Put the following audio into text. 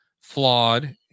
flawed